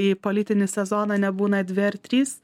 į politinį sezoną nebūna dvi ar trys